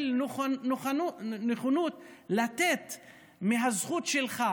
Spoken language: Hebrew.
של נכונות לתת מהזכות שלך,